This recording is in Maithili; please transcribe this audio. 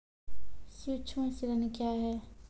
सुक्ष्म ऋण क्या हैं?